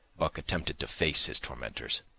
buck attempted to face his tormentors.